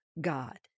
God